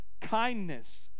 kindness